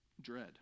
dread